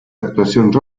actuacions